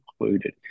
included